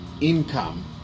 income